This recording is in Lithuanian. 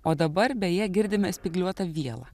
o dabar beje girdime spygliuotą vielą